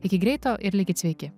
iki greito ir likit sveiki